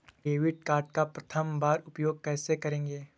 Debit card का प्रथम बार उपयोग कैसे करेंगे?